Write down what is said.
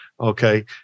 Okay